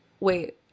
Wait